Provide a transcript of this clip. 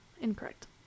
Incorrect